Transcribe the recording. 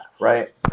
right